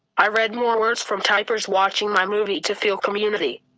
i read more words from typers watching my movie to feel community.